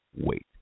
wait